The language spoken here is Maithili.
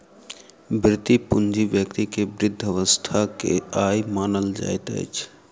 वृति पूंजी व्यक्ति के वृद्ध अवस्था के आय मानल जाइत अछि